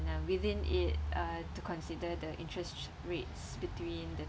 and uh within it uh to consider the interest rates between the